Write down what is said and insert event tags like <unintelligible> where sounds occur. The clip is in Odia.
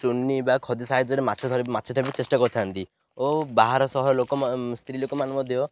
ଚୁନି ବା ଖଦି ସାହାଯ୍ୟରେ ମାଛ ଧରିବା ମାଛ <unintelligible> ଚେଷ୍ଟା କରିଥାନ୍ତି ଓ ବାହାର ସହ ଲୋକ ସ୍ତ୍ରୀ ଲୋକମାନେ ମଧ୍ୟ